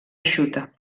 eixuta